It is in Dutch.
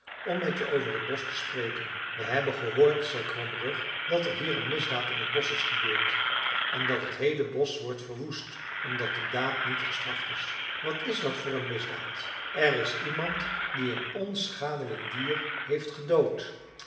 om met je over het bosch te spreken we hebben gehoord zei kromrug dat er hier een misdaad in t bosch is gebeurd en dat het heele bosch wordt verwoest omdat die daad niet gestraft is wat is dat voor een misdaad er is iemand die een onschadelijk dier heeft gedood